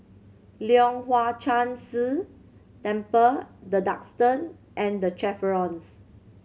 Leong Hwa Chan Si Temple The Duxton and The Chevrons